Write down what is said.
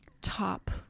top